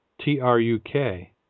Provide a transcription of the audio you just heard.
T-R-U-K